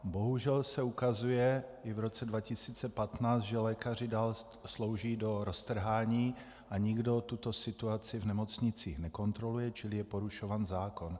Bohužel se ukazuje i v roce 2015, že lékaři dál slouží do roztrhání a nikdo tuto situaci v nemocnicích nekontroluje, čili je porušován zákon.